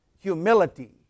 Humility